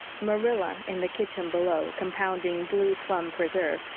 marilla in the kitchen below, compounding blue plum preserve,